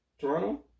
Toronto